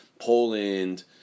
Poland